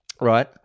right